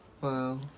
Wow